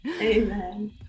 amen